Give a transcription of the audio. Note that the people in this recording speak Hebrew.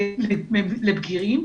לבגירים.